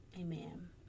Amen